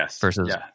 versus